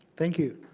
thank you.